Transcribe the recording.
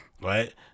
right